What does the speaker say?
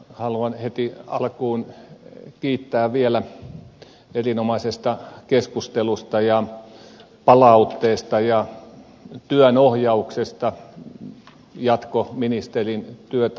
haluan heti alkuun kiittää vielä erinomaisesta keskustelusta ja palautteesta ja työnohjauksesta ministerin jatkotyötä kohtaan